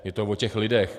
Je to o těch lidech.